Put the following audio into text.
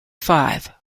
five